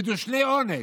מדושני עונג.